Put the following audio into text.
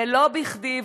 ולא בכדי,